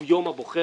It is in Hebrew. שהוא יום הבוחר,